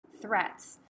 threats